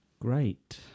Great